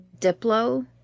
diplo